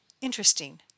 Interesting